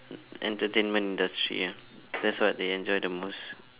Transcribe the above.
entertainment industry ah that's what they enjoy the most